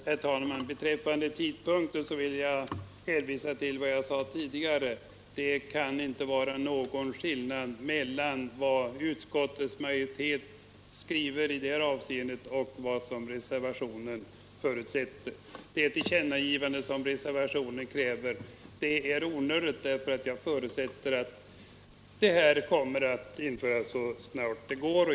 Herr talman! Beträffande tidpunkten vill jag hänvisa till vad jag sade tidigare. Det kan inte vara någon skillnad mellan vad utskottets majoritet skriver i det avseendet och vad reservationen förutsätter. Det tillkännagivande som reservanterna kräver är onödigt, eftersom jag förutsätter att det kommer att införas så snart det går.